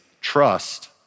trust